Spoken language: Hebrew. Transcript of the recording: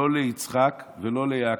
לא ליצחק ולא ליעקב.